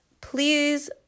please